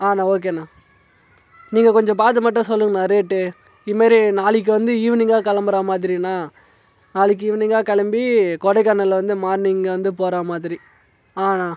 ஆ அண்ணா ஓகே அண்ணா நீங்கள் கொஞ்சம் பார்த்து மட்டும் சொல்லுங்க அண்ணா ரேட்டு இது மாரி நாளைக்கு வந்து ஈவினிங்காக கிளம்புறா மாதிரி அண்ணா நாளைக்கு ஈவினிங்காக கிளம்பி கொடைகானலில் வந்து மார்னிங் வந்து போகிற மாதிரி ஆ அண்ணா